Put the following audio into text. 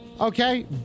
Okay